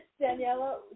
Daniela